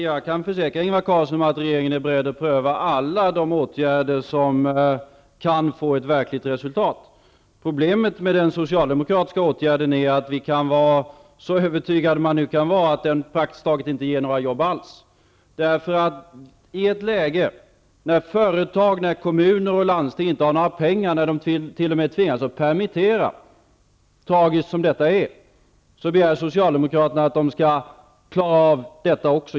Fru talman! Jag försäkrar Ingvar Carlsson att regeringen är beredd att pröva alla de åtgärder som kan få ett verkligt resultat. Problemet med den socialdemokratiska åtgärden är att vi kan vara övertygade om -- så övertygad man nu kan vara -- att den praktiskt taget inte ger några jobb alls. I ett läge då företag, kommuner och landsting inte har några pengar och t.o.m. tvingas att permittera -- tragiskt som detta är --, begär Socialdemokraterna att de skall klara av detta också.